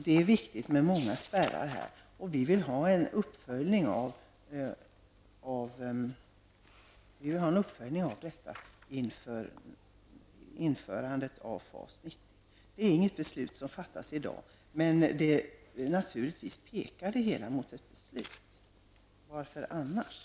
Det är viktigt att det finns många spärrar i det här sammanhanget. Vi vill således ha en uppföljning här inför införandet av FAS 90. Något beslut skall ju inte fattas i dag. Men allt pekar mot ett sådant beslut. Jag kan inte se att det skulle förhålla sig på något annat sätt.